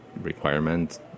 requirement